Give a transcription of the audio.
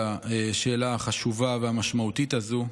על השאלה החשובה והמשמעותית הזו.